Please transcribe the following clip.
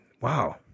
wow